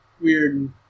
weird